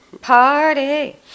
Party